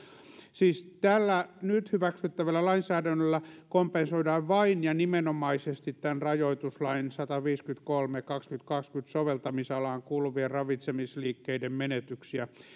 siis tällä nyt hyväksyttävällä lainsäädännöllä kompensoidaan vain ja nimenomaisesti tämän rajoituslain sataviisikymmentäkolme kautta kahteentuhanteenkahteenkymmeneen soveltamisalaan kuuluvia ravitsemisliikkeiden menetyksiä